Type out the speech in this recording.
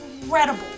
incredible